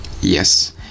yes